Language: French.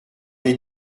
des